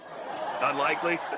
unlikely